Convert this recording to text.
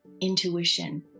intuition